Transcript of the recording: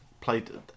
Played